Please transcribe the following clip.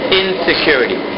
insecurity